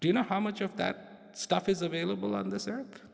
do you know how much of that stuff is available on this